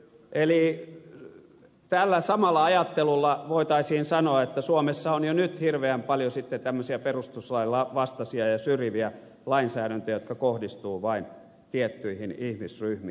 eli tällä samalla ajattelulla voitaisiin sanoa että suomessa on jo nyt hirveän paljon sitten tämmöisiä perustuslain vastaisia ja syrjiviä lainsäädäntöjä jotka kohdistuvat vain tiettyihin ihmisryhmiin